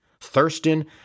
Thurston